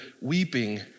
weeping